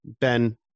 ben